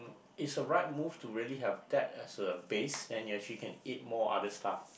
it's a right move to really have that as a base then you actually can eat more other stuff